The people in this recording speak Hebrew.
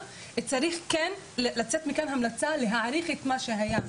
צריך כן לצאת מכאן עם המלצה להאריך את מה שהיה,